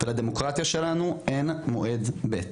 ולדמוקרטיה שלנו אין מועד ב',